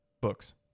Books